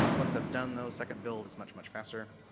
once that's done though, second build is much, much faster.